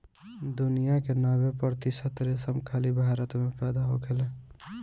दुनिया के नब्बे प्रतिशत रेशम खाली भारत में पैदा होखेला